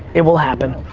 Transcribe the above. it will happen.